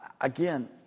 Again